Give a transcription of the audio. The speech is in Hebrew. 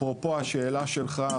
אפרופו השאלה שלך,